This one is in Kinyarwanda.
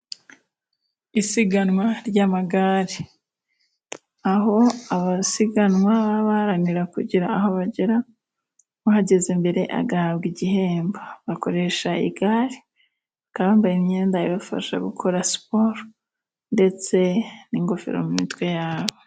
Isiganwa ry'amagare aho abasiganwa baharanira kugera aho bagera, uhageze mbere agahabwa igihembo. Bakoresha igare, bakaba bambaye imyenda ibafasha gukora siporo, ndetse n'ingofero mu mitwe yabo.